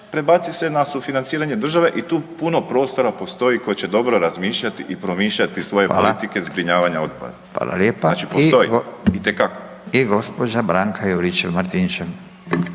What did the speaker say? prebaci se na sufinanciranje države i tu puno prostora postoji koji će dobro razmišljati i promišljati svoje politike zbrinjavanja otpada, znači postoji itekako. **Radin, Furio (Nezavisni)**